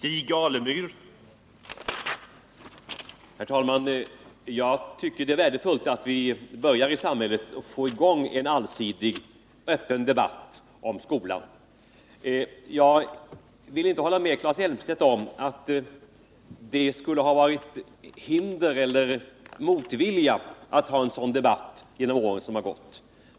Herr talman! Jag tycker att det är värdefullt att vi i samhället börjar få i gång enallsidig och öppen debatt om skolan. Jag kan inte hålla med Claes Elmstedt om att det under åren skulle ha förekommit hinder eller motvilja när det gäller en sådan debatt.